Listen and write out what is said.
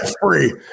Free